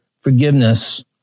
forgiveness